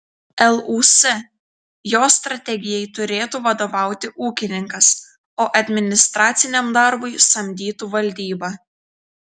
lūs jos strategijai turėtų vadovauti ūkininkas o administraciniam darbui samdytų valdybą